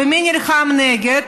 ומי נלחם נגד?